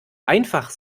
einfach